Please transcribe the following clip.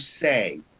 say